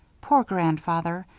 poor grandfather.